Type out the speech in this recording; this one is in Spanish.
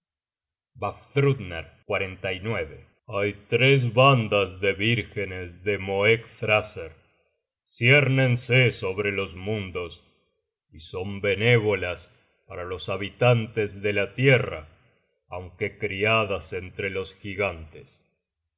corazones vafthrudner hay tres bandas de vírgenes de moegthraser ciérnense sobre los mundos y son benévolas para los habitantes de la tierra aunque criadas entre los gigantes